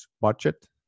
budget